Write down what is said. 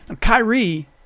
Kyrie